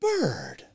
Bird